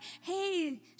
hey